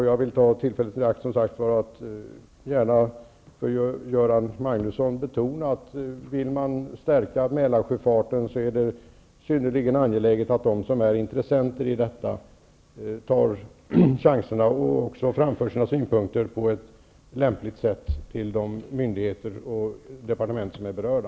Jag vill som sagt gärna ta tillfället i akt att för Göran Magnusson betona att vill man stärka Mälarsjöfarten är det synnerligen angeläget att de som är intressenter i detta tar chansen och också på ett lämpligt sätt framför sina synpunkter till de myndigheter och departement som är berörda.